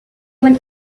went